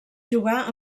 jugar